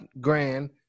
grand